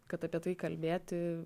kad apie tai kalbėti